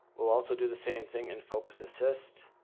we'll also do the same thing in focus assist.